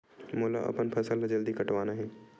मोला अपन फसल ला जल्दी कटवाना हे?